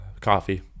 coffee